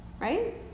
right